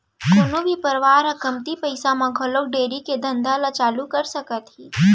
कोनो भी परवार ह कमती पइसा म घलौ डेयरी के धंधा ल चालू कर सकत हे